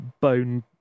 bone